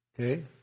Okay